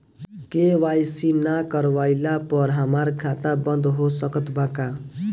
KYC ना करवाइला पर हमार खाता बंद हो सकत बा का?